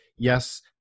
Yes